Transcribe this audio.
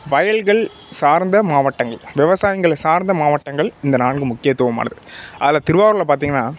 வயல்கள் சார்ந்த மாவட்டங்கள் விவசாயங்களை சார்ந்த மாவட்டங்கள் இந்த நான்கு முக்கியத்துவமானது அதில் திருவாரூரில் பார்த்திங்கனா